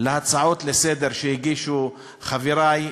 להצעות לסדר-היום שהגישו חברי,